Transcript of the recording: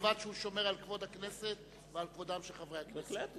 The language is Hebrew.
ובלבד שהוא שומר על כבוד הכנסת ועל כבודם של חברי הכנסת.